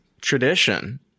tradition